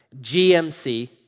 GMC